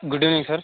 good evening sir